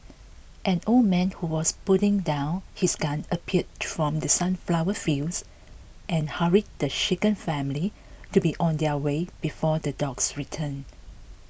an old man who was putting down his gun appeared from the sunflower fields and hurried the shaken family to be on their way before the dogs return